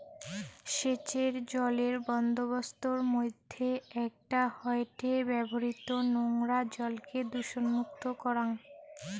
সেচের জলের বন্দোবস্তর মইধ্যে একটা হয়ঠে ব্যবহৃত নোংরা জলকে দূষণমুক্ত করাং